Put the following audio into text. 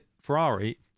Ferrari